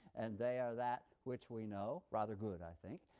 and they are that which we know. rather good, i think.